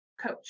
coach